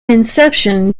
inception